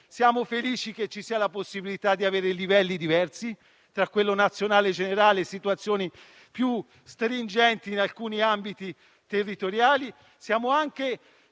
Siamo felici che ci sia la possibilità di avere dei livelli diversi, da quello nazionale generale a situazioni più stringenti in alcuni ambiti territoriali; siamo anche